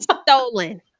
Stolen